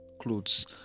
clothes